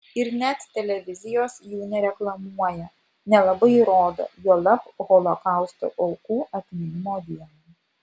ir net televizijos jų nereklamuoja nelabai ir rodo juolab holokausto aukų atminimo dieną